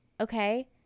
okay